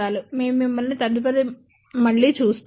మేము మిమ్మల్ని మళ్ళీ చూస్తాము